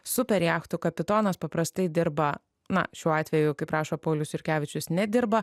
super jachtų kapitonas paprastai dirba na šiuo atveju kaip rašo paulius jurkevičius nedirba